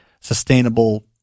sustainable